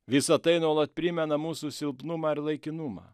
visa tai nuolat primena mūsų silpnumą ir laikinumą